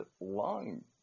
Long